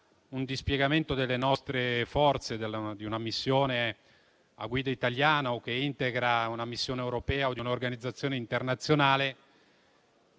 un dispiegamento delle nostre forze, di una missione a guida italiana o che integra una missione europea o di un'organizzazione internazionale,